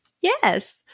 Yes